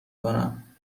کنم